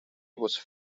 was